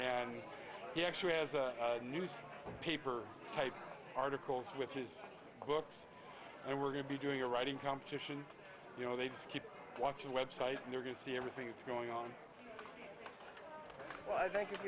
and he actually has a news paper type articles with his books and we're going to be doing a writing competition you know they keep watching websites and they're going to see everything that's going on